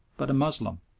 but a moslem,